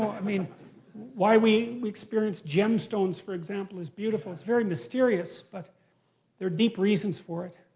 i mean why we we experience gemstones, for example, as beautiful, it's very mysterious. but there're deep reasons for it.